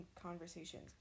conversations